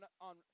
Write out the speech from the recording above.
on